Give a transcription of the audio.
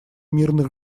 мирных